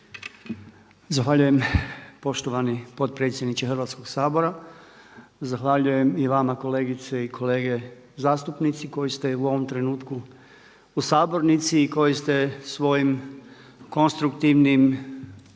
Zahvaljujem poštovani potpredsjedniče Hrvatskoga sabora. Zahvaljujem i vama kolegice i kolege zastupnici koji ste u ovom trenutku u sabornici i koji ste svojim konstruktivnim